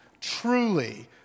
truly